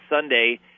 Sunday